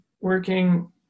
working